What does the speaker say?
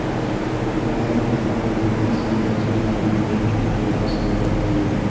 bank bank डकैती से बचे लगी बहुत प्रयास करऽ हइ